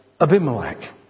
Abimelech